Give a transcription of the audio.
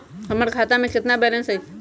हमर खाता में केतना बैलेंस हई?